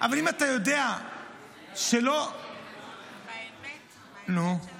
אבל אם אתה יודע שלא --- האמת --- אתה יודע